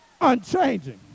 unchanging